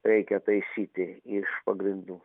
reikia taisyti iš pagrindų